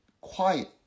quiet